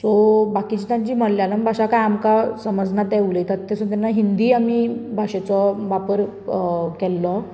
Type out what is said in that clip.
so बाकीचे तांची मलयाळम भाशा कांय आमकां समजना ते उलयतात ते सो जेन्ना हिंदी आमी हिंदी भाशेचो वापर अ केल्लो